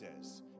says